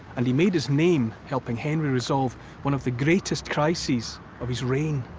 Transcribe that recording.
and he made his name helping henry resolve one of the greatest crises of his reign.